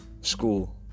school